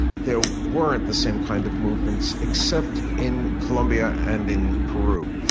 there weren't the same kind of movements, except in colombia and in peru,